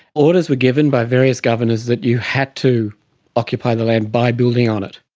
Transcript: orders were given by various governors that you had to occupy the land by building on it.